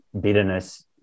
bitterness